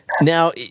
Now